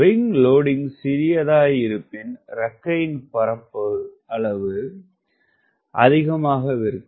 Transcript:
wing loading சிறிதாய் இருப்பின் இறக்கையின் பரப்பளவு அதிகமாகவிருக்கும்